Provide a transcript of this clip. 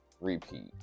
repeat